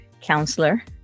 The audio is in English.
counselor